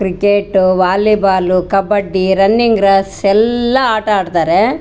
cricket volleyball kabaddi running race ಎಲ್ಲ ಆಟ ಆಡ್ತಾರೆ